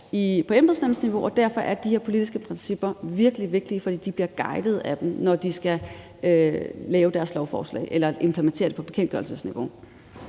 på embedsmandsniveau, og derfor er de her politiske principper virkelig vigtige, for de bliver guidet af dem, når de skal implementere det på bekendtgørelsesniveau.